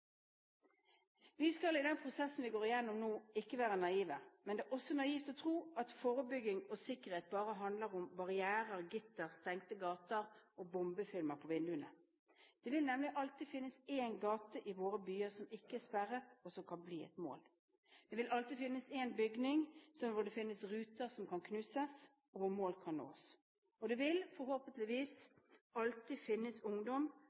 Vi skal i den prosessen vi går gjennom nå, ikke være naive. Men det er også naivt å tro at forebygging og sikkerhet bare handler om barrierer, gitter, stengte gater og bombefilm på vinduene. Det vil nemlig alltid finnes én gate i våre byer som ikke er sperret, og som kan bli et mål. Det vil alltid finnes én bygning hvor det finnes ruter som kan knuses, og hvor mål kan nås. Og det vil – forhåpentligvis – alltid finnes ungdom